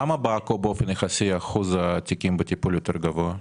למה בעכו באופן יחסי אחוז התיקים בטיפול יותר גבוה?